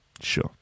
Sure